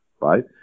right